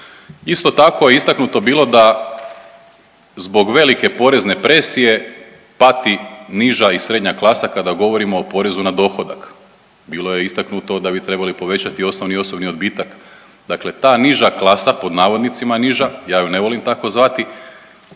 Isto tako istaknuto je bilo da zbog velike porezne presije pati niža i srednja klasa kada govorimo o porezu na dohodak, bilo je istaknuto da bi trebali povećati osnovni i osobni odbitak, dakle ta niža klasa, pod navodnicima niža, ja ju ne volim tako zvati,